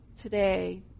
today